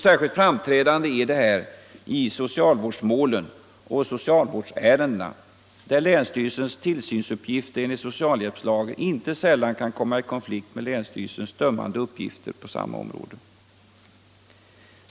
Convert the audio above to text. Särskilt framträdande är detta i socialvårdsmålen och socialvårdsärendena, där länsstyrelsens tillsynsuppgift enligt socialhjälpslagen inte sällan kan komma i konflikt med länsstyrelsens dömande uppgifter på samma område.